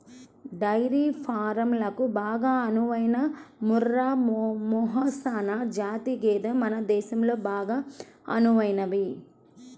dairy ఫారంలకు బాగా అనువైన ముర్రా, మెహసనా జాతి గేదెలు మన దేశంలో బాగా అనువైనవి